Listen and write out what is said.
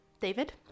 David